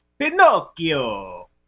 Pinocchio